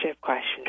question